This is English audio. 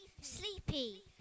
Sleepy